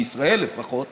בישראל לפחות,